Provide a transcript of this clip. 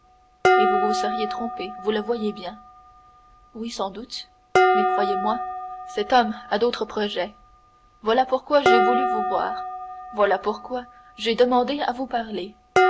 et vous vous seriez trompé vous le voyez bien oui sans doute mais croyez-moi cet homme a d'autres projets voilà pourquoi j'ai voulu vous voir voilà pourquoi j'ai demandé à vous parler